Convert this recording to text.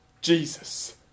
Jesus